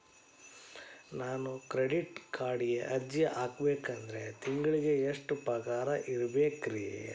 ನಾನು ಕ್ರೆಡಿಟ್ ಕಾರ್ಡ್ಗೆ ಅರ್ಜಿ ಹಾಕ್ಬೇಕಂದ್ರ ತಿಂಗಳಿಗೆ ಎಷ್ಟ ಪಗಾರ್ ಇರ್ಬೆಕ್ರಿ?